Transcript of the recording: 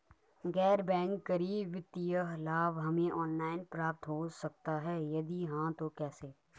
गैर बैंक करी वित्तीय लाभ हमें ऑनलाइन प्राप्त हो सकता है यदि हाँ तो कैसे?